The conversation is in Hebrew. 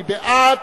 מי בעד?